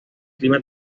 clima